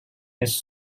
its